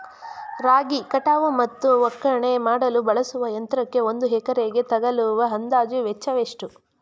ರಾಗಿ ಕಟಾವು ಮತ್ತು ಒಕ್ಕಣೆ ಮಾಡಲು ಬಳಸುವ ಯಂತ್ರಕ್ಕೆ ಒಂದು ಎಕರೆಗೆ ತಗಲುವ ಅಂದಾಜು ವೆಚ್ಚ ಎಷ್ಟು?